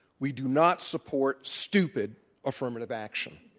we do not support stupid affirmative action.